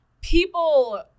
people